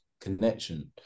connection